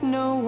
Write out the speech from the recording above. no